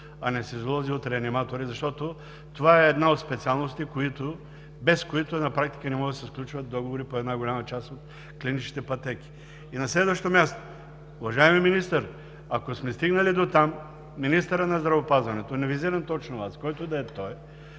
анестезиолози и реаниматори, защото това е една от специалностите, без които на практика не може да се сключват договори по голяма част от клиничните пътеки? И на следващо място, уважаеми господин Министър, ако сме стигнали дотам министърът на здравеопазването – не визирам точно Вас, а който и да е той,